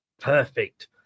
Perfect